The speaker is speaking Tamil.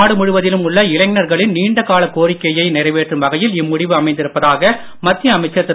நாடு முழுவதிலும் உள்ள இளைஞர்களின் நீண்ட கால கோரிக்கையை நிறைவேற்றும் வகையில் இம்முடிவு அமைந்திருப்பதாக மத்திய அமைச்சர் திரு